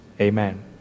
Amen